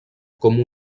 com